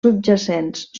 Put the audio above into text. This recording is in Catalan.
subjacents